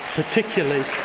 particularly